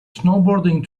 snowboarding